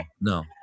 no